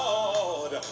Lord